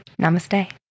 Namaste